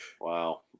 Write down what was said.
Wow